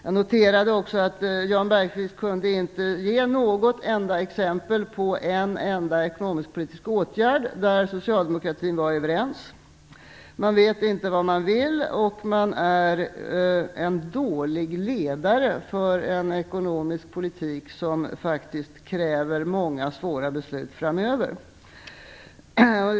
Jag noterade att Jan Bergqvist inte kunde ge något enda exempel på en ekonomisk-politisk åtgärd där socialdemokraterna är överens. Man vet inte vad man vill, och man är en dålig ledare för en ekonomisk politik som kräver många svåra beslut framöver.